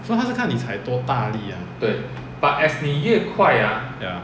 so 他是看你踩多大力 ah ya